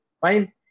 fine